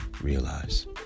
realize